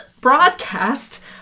broadcast